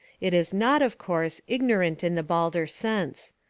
it is not, of course, ignorant in the balder sense.